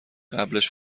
قبلش